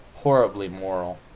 horribly moral,